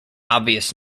obvious